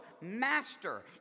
master